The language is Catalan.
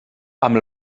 amb